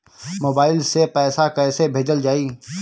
Mobile से पैसा कैसे भेजल जाइ?